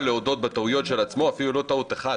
להודות בטעויות של עצמו אפילו לא טעות אחת